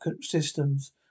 systems